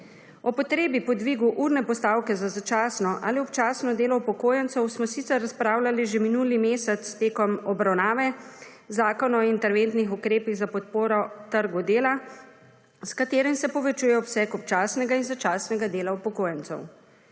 O potrebi podvigu urne postavke za začasno ali občasno delo upokojencev smo sicer razpravljali že minuli mesec tekom obravnave Zakona o interventnih ukrepih za podporo trgu dela, s katerim se povečuje obseg občasnega in začasnega dela upokojencev.